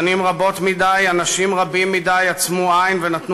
שנים רבות מדי אנשים רבים מדי עצמו עין ונתנו